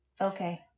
Okay